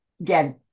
again